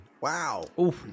Wow